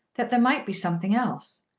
that there might be something else.